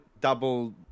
double